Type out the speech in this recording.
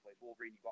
Wolverine